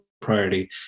priority